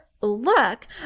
look